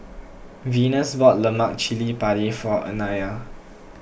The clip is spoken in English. Venus bought Lemak Cili Padi for Anaya